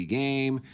game